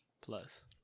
plus